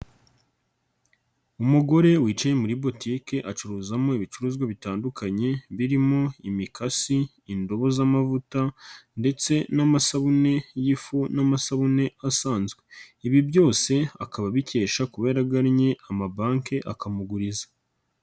Umugore wicaye muri b utike acuruzamo ibicuruzwa bitandukanye birimo imikasi, indobo z'amavuta ndetse n'amasabune y'ifu n'amasabune asanzwe, ibi byose akaba abikesha kuba yaraganye amabanki akamuguriza.